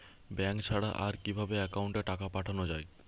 Bank ছাড়া আর কিভাবে একাউন্টে টাকা পাঠানো য়ায়?